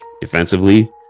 defensively